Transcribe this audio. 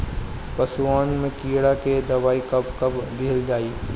पशुअन मैं कीड़ा के दवाई कब कब दिहल जाई?